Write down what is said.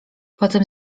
potem